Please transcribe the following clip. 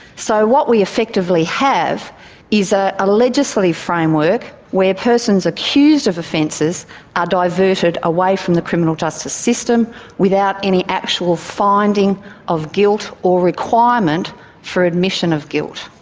so what we effectively have is a legislative framework where persons accused of offences are diverted away from the criminal justice system without any actual finding of guilt or requirement for admission of guilt.